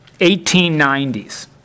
1890s